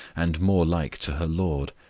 and more like to her lord.